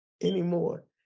Anymore